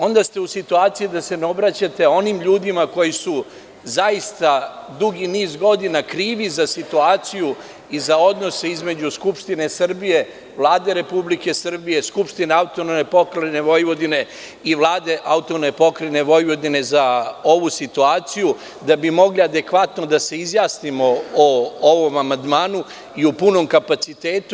Onda ste u situaciji da se ne obraćate onim ljudima koji su zaista dugi niz godina krivi za situaciju i za odnose između Skupštine Srbije, Vlade Republike Srbije, Skupštine AP Vojvodine i Vlade AP Vojvodine za ovu situacije da bi mogli da se adekvatno izjasnimo o ovom amandmanu i u punom kapacitetu.